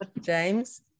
James